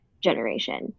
generation